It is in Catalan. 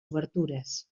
obertures